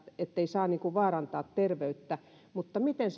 ettei saa vaarantaa terveyttä mutta miten